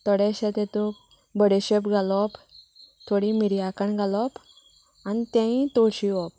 थोडेशें तेतूंक बडीशेप घालप थोडी मिरयां कण घालप आनी तेयी तळशीवप